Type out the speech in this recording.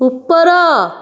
ଉପର